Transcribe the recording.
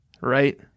right